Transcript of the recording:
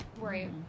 Right